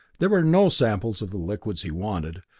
there were no samples of the liquids he wanted,